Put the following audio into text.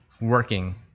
working